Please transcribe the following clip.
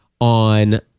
on